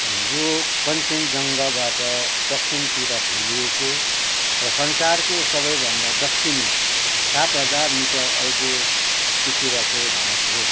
अँ यो कञ्चनजङ्घाबाट दक्षिणतिर फैलिएको र संसारको सबैभन्दा दक्षिणी सात हजार मिटर अल्गो चुचुरोको भाग हो